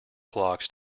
clocks